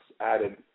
added